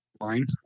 line